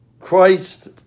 Christ